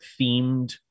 themed